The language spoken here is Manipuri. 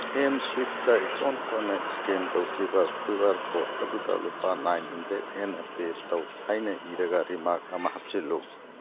ꯑꯦꯝ ꯁ꯭ꯋꯤꯞꯗ ꯏꯀꯣꯟ ꯀꯣꯟꯅ ꯏꯁꯀꯦꯟ ꯇꯧꯈꯤꯕ ꯀ꯭ꯌꯨ ꯑꯥꯔ ꯀꯣꯠ ꯑꯗꯨꯗ ꯂꯨꯄꯥ ꯅꯥꯏꯟ ꯍꯟꯗ꯭ꯔꯦꯠ ꯍꯦꯟꯅ ꯄꯦ ꯇꯧ ꯍꯥꯏꯅ ꯏꯔꯒ ꯔꯤꯃꯥꯛ ꯑꯃ ꯍꯥꯞꯆꯤꯜꯂꯨ